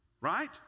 Right